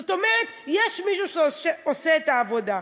זאת אומרת: יש מי שעושה את העבודה.